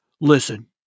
listen